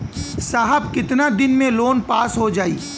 साहब कितना दिन में लोन पास हो जाई?